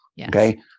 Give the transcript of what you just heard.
Okay